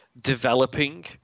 developing